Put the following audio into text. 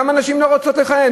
למה נשים לא רוצות לכהן,